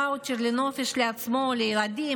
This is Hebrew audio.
ואוצ'ר לנופש לעצמו או לילדים,